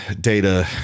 Data